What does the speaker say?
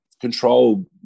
control